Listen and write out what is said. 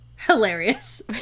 Hilarious